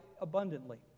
abundantly